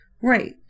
Right